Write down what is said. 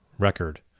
record